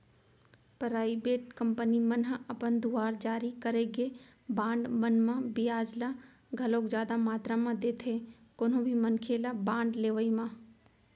private company मन ह अपन दुवार जारी करे गे बांड मन म बियाज ल घलोक जादा मातरा म देथे कोनो भी मनखे ल बांड लेवई म